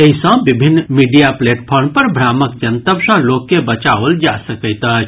एहि सँ विभिन्न मीडिया प्लेटफार्म पर भ्रामक जनतब सँ लोक के बचाओल जा सकैत अछि